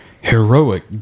heroic